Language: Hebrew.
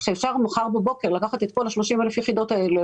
שאפשר מחר בבוקר לקחת את כל 30 אלף היחידות האלה